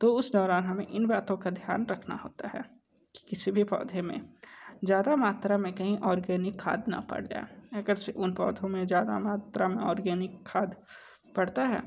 तो उस दौरान हमें इन बातों का ध्यान रखना होता है कि किसी भी पौधे में ज़्यादा मात्रा में कहीं ऑर्गेनिक खाद न पर जाए अगर से उन पौधे में ज़्यादा मात्रा में ऑर्गैनिक खाद पड़ता है